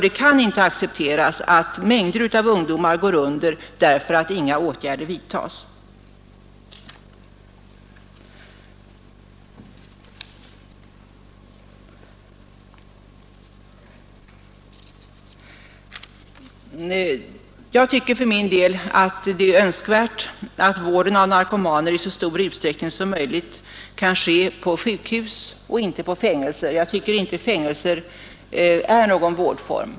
Det kan inte accepteras att mängder av ungdomar går under för att inga åtgärder vidtas. Jag tycker för min del att det är önskvärt att vården av narkomaner i så stor utsträckning som möjligt kan ske på sjukhus och inte på fängelser — fängelser är ingen vårdform.